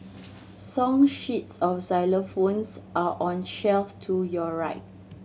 song sheets of xylophones are on shelf to your right